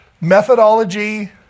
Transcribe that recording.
methodology